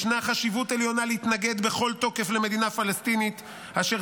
ישנה חשיבות עליונה להתנגד בכל תוקף למדינה פלסטינית אשר